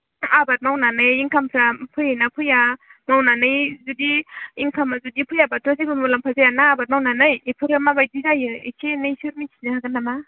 आबाद मावनानै इनकाम फ्रा फैयो ना फैया मावनानै जुदि इनकामा जुदि फैयाबाथ' जेबो मुलाम्फा जाया ना आबाद मावनानै बेफोरला माबायदि जायो इसे एनैसो मिन्थिनो हागोन नामा